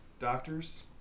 doctors